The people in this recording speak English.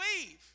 believe